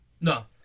No